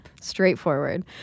Straightforward